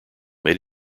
made